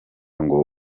ngo